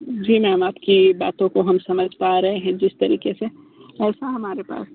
जी ma'am आप की बातों को हम समझ पा रहे हैं जिस तरीक़े से ऐसा हमारे पास